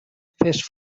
fes